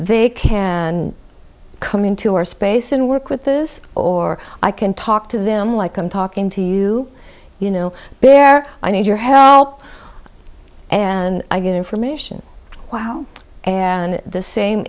they can come into our space and work with this or i can talk to them like i'm talking to you you know there i need your help and i get information wow and the same